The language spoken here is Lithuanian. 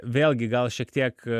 vėlgi gal šiek tiek